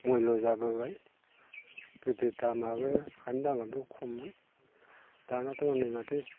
मुल्य' जाबोबाय गोदो दामाबो हानि दामाबो खममोन दानियाथ' हनै माथो